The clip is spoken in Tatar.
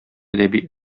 әдәби